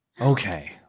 Okay